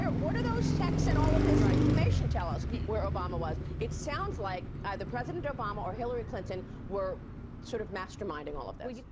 what do those texts and all of this information tell us where obama was? it sounds like either president obama or hillary clinton were sort of masterminding all of this.